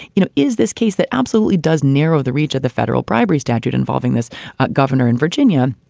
you know, is this case that absolutely does narrow the reach of the federal bribery statute involving this governor in virginia.